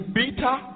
bitter